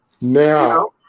Now